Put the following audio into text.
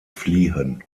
fliehen